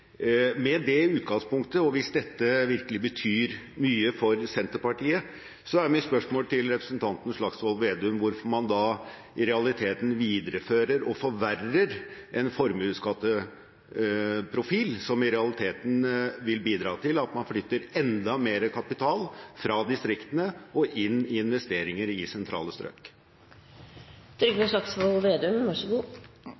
Med det utgangspunktet og hvis dette virkelig betyr mye for Senterpartiet, er mitt spørsmål til representanten Slagsvold Vedum hvorfor man da i realiteten viderefører og forverrer en formuesskattprofil som i realiteten vil bidra til at man flytter enda mer kapital fra distriktene og inn i investeringer i sentrale